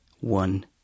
One